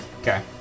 Okay